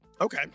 Okay